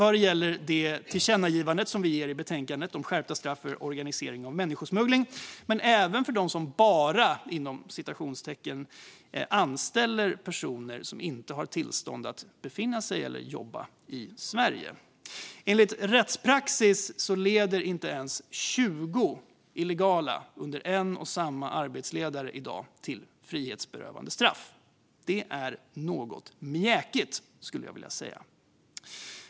Det gäller det tillkännagivande vi föreslår i betänkandet om skärpta straff för organisering av människosmuggling, men straffen måste skärpas även för dem som "bara" anställer personer som inte har tillstånd att befinna sig eller jobba i Sverige. Enligt rättspraxis leder inte ens 20 illegala under en och samma arbetsledare i dag till frihetsberövande straff. Det är något mjäkigt, skulle jag vilja säga.